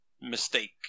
mistake